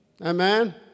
Amen